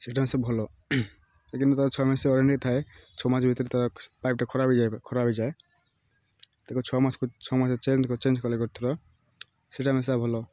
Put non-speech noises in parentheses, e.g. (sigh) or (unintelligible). ସେଇଟା (unintelligible) ଭଲ କିନ୍ତୁ ତାର ଛଅ ମାସ ୱାରେଣ୍ଟି ଥାଏ ଛଅ ମାସ ଭିତରେ ତାର ପାଇପ୍ଟା ଖରାପ ହୋଇଯାଇଥାଏ ଖରାପ ହୋଇଯାଏ ତା ଛଅ ମାସକୁ ଛଅ ମାସ୍ ଚେଞ୍ଜ୍ କଲେ ଗୋଟେ ଥର ସେଇଟା ମୋ ହିସାବ୍ ଭଲ